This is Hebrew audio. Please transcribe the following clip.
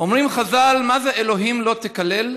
אומרים חז"ל: מה זה "אלהים לא תקלל"?